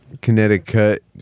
Connecticut